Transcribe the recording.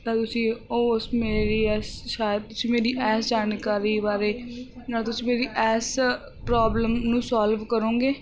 ਤਾਂ ਤੁਸੀਂ ਉਸ ਮੇਰੀ ਇਸ ਸ਼ਾਇਦ ਤੁਸੀਂ ਮੇਰੀ ਐਸ ਜਾਣਕਾਰੀ ਬਾਰੇ ਨਾਲ ਤੁਸੀਂ ਮੇਰੀ ਐਸ ਪ੍ਰੋਬਲਮ ਨੂੰ ਸੋਲਵ ਕਰੋਗੇ